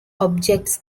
objects